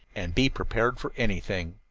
and be prepared for anything.